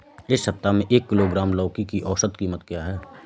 इस सप्ताह में एक किलोग्राम लौकी की औसत कीमत क्या है?